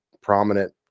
prominent